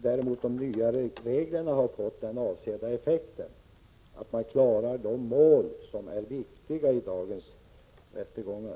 Däremot har de nya reglerna fått den avsedda effekten: man klarar de mål som är viktiga i dagens rättegångar.